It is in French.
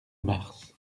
mars